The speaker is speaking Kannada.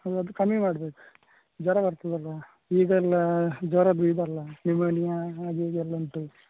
ಅದು ಕಮ್ಮಿ ಮಾಡಬೇಕು ಜ್ವರ ಬರ್ತದಲ್ಲ ಈಗೆಲ್ಲ ಜ್ವರದ್ದು ಇದೆಲ್ಲ ನಿಮೋನಿಯಾ ಅದು ಇದು ಎಲ್ಲ ಉಂಟು